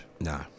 No